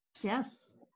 Yes